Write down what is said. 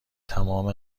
تمام